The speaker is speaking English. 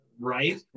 Right